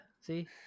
see